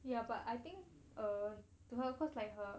ya but I think or to her cause like he